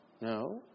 No